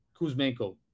Kuzmenko